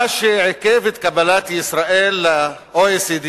מה שעיכב את קבלת ישראל ל-OECD